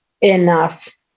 enough